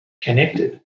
connected